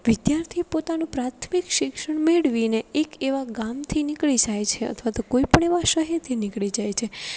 વિદ્યાર્થી પોતાનું પ્રાથમિક શિક્ષણ મેળવી ને એક એવા ગામથી નીકળી જાય છે અથવા તો કોઈપણ એવા શહેરથી નીકળી જાય છે